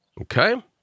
Okay